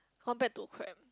compared to crab